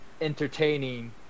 entertaining